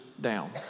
down